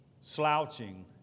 slouching